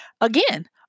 again